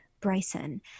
Bryson